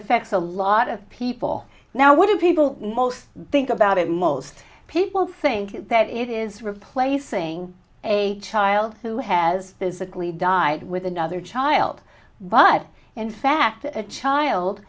affects a lot of people now what do people most think about it most people think that it is replacing a child who has physically died with another child but in fact a child